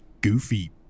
goofy